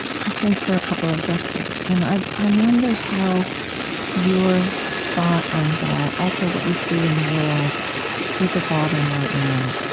i think, for a couple of decades. and i wonder how your thought on that also, what you see in the world is evolving right now